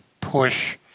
push